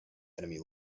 enemy